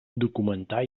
documentar